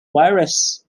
virus